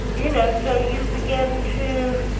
you know, so you begin to